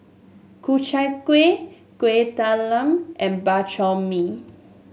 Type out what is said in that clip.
Ku Chai Kueh Kueh Talam and Bak Chor Mee